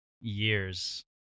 years